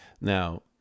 Now